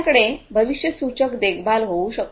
आपल्याकडे भविष्यसूचक देखभाल होऊ शकते